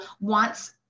wants